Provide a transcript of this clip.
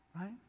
right